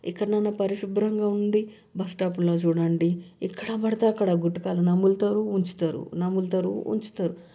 ఎక్కడనైనా పరిశుభ్రంగా ఉండి బస్టాప్లో చూడండి ఎక్కడపడితే అక్కడ గుట్కాలు నములుతారు ఉమ్ముతారు నములుతారు ఉమ్ముతారు